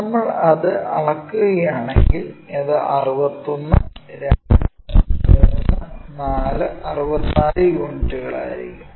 നമ്മൾ അത് അളക്കുകയാണെങ്കിൽ അത് 61 2 3 4 64 യൂണിറ്റുകളായിരിക്കും